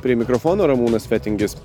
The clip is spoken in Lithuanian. prie mikrofono ramūnas fetingis